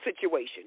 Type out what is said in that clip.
situation